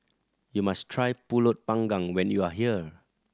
you must try Pulut Panggang when you are here